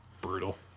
brutal